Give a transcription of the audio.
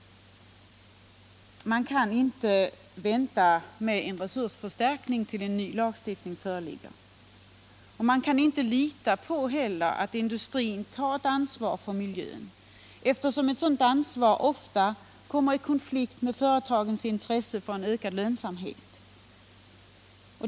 Man kan inte vänta med en resursförstärkning tills en ny lagstiftning föreligger. Man kan inte heller lita på att industrin tar ansvar för miljön, eftersom ett sådant ansvar ofta kommer i konflikt med företagens intresse för ökad lönsamhet.